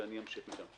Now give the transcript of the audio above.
ואני אמשיך משם.